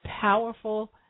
powerful